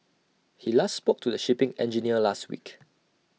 he last spoke to the shipping engineer last week